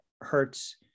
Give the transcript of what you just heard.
hurts